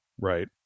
right